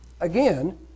again